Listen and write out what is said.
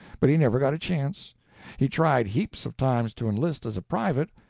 but he never got a chance he tried heaps of times to enlist as a private,